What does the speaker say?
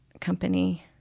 company